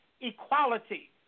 equality